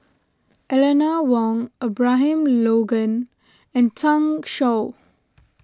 Eleanor Wong Abraham Logan and Zhang Shuo